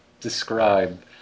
describe